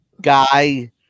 guy